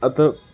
आता